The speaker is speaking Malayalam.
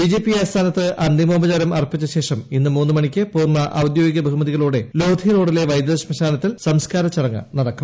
ബിജെപി ആസ്ഥാനത്ത് അന്തിമോപചാരം അർപ്പിച്ച ശേഷം ഇന്ന് മൂന്ന് മണിക്ക് പൂർണ്ണ ഔദ്യോഗിക ബഹുമതികളോടെ ലോധി റോഡിലെ വൈദ്യുത ശ്മശാനത്തിൽ സംസ്ക്കാര ചടങ്ങ് നടക്കും